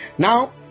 Now